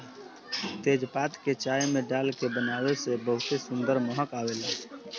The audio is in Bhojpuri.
तेजपात के चाय में डाल के बनावे से बहुते सुंदर महक आवेला